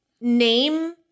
name